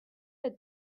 had